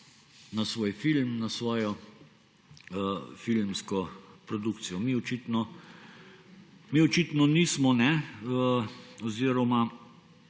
na svoj film, na svojo filmsko produkcijo. Mi očitno nismo oziroma